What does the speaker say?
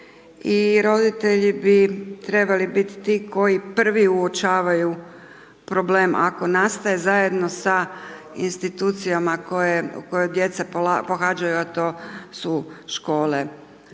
I roditelji bi trebali biti ti koji prvi uočavaju problem ako nastaje, zajedno sa institucijama u kojim djeca pohađaju, a to su škole,